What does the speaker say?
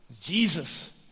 Jesus